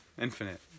Infinite